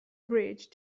bridge